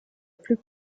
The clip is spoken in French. plus